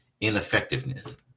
ineffectiveness